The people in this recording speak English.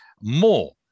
more